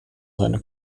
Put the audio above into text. seine